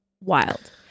Wild